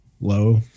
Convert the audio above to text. low